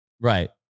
Right